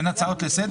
אין הצעות לסדר?